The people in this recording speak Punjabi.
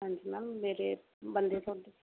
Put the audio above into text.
ਹਾਂਜੀ ਮੈਮ ਮੇਰੇ